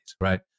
right